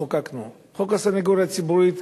חוק הסניגוריה הציבורית,